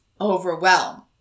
overwhelm